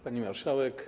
Pani Marszałek!